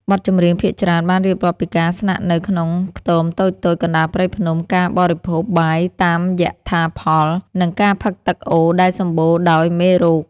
បទចម្រៀងភាគច្រើនបានរៀបរាប់ពីការស្នាក់នៅក្នុងខ្ទមតូចៗ កណ្តាលព្រៃភ្នំ ការបរិភោគបាយតាមយថាផល និងការផឹកទឹកអូរដែលសម្បូរដោយមេរោគ។